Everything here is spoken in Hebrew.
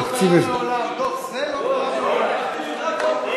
דב, זה לא קרה מעולם, בבקשה,